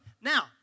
Now